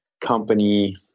company